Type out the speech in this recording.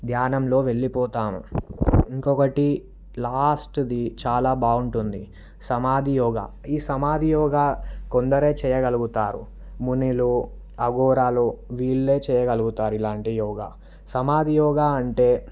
ధ్యానంలో వెళ్ళిపోతాము ఇంకొకటి లాస్ట్ది చాలా బాగుంటుంది సమాధి యోగా ఈ సమాధి యోగా కొందరే చేయగలుగుతారు మునులు అఘోరాలు వీళ్ళే చేయగలుగుతారు ఇలాంటి యోగా సమాధి యోగా అంటే